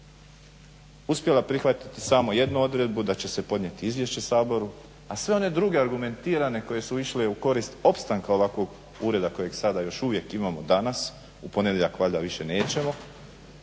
uspjela prihvatiti samo jednu odredbu da će se podnijeti izvješće Saboru, a sve one druge argumentirane koje su išle u korist opstanka ovakvog ureda kojeg sada još uvijek imamo danas. U ponedjeljak valjda više nećemo,